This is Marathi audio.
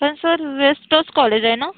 पण सर बेस्टच कॉलेज आहे ना